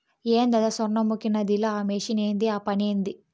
ఏందద సొర్ణముఖి నదిల ఆ మెషిన్ ఏంది ఆ పనేంది